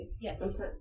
Yes